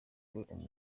rugwe